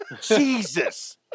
Jesus